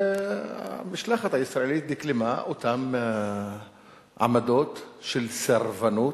שהמשלחת הישראלית דקלמה את אותן עמדות של סרבנות,